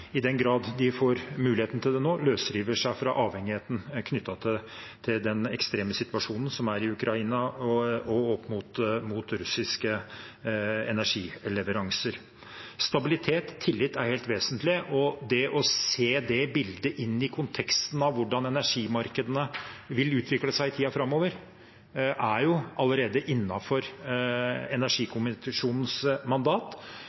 i den grad de får muligheten til det nå, løsriver seg fra avhengigheten knyttet til den ekstreme situasjonen i Ukraina og opp mot russiske energileveranser. Stabilitet og tillit er helt vesentlig, og det å se det bildet i sammenheng med hvordan energimarkedene vil utvikle seg i tiden framover, er allerede